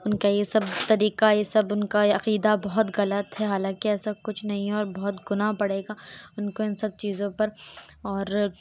ان کا یہ سب طریقہ یہ سب ان کا عقیدہ بہت غلط ہے حالاں کہ ایسا کچھ نہیں ہے اور بہت گناہ پڑے گا ان کو ان سب چیزوں پر اور